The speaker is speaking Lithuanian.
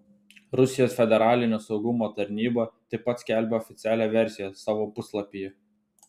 rusijos federalinio saugumo tarnyba taip pat skelbia oficialią versiją savo puslapyje